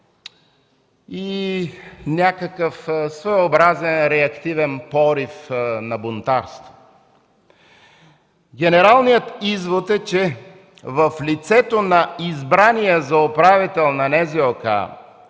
и някакъв своеобразен реактивен порив на бунтарство. Генералният извод е, че в лицето на избрания за управител на